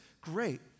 Great